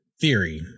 theory